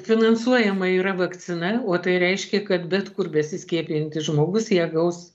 finansuojama yra vakcina o tai reiškia kad bet kur besiskiepijantis žmogus ją gaus